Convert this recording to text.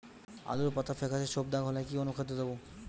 আলুর পাতা ফেকাসে ছোপদাগ হলে কি অনুখাদ্য দেবো?